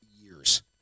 years